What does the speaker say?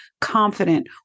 confident